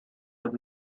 are